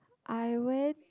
I went